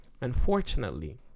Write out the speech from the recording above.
Unfortunately